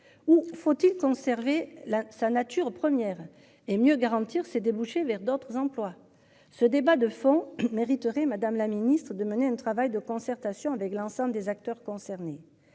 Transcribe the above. Ou faut-il conserver là sa nature première et mieux garantir ses débouchés vers d'autres emplois. Ce débat de fond mériterait Madame la Ministre de mener un travail de concertation avec l'ensemble des acteurs concernés.